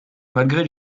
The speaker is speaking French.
malgré